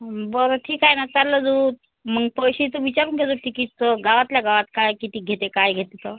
बरं ठीक आहे ना चालेल गं मंग पैशेचे विचारून घे तिकीटचा गावातल्यागावात काय किती घेता काय घेतो तो